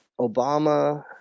Obama